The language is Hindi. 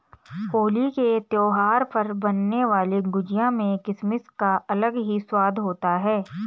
होली के त्यौहार पर बनने वाली गुजिया में किसमिस का अलग ही स्वाद होता है